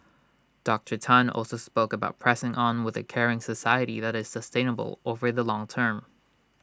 Doctor Tan also spoke about pressing on with A caring society that is sustainable over the long term